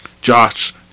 Josh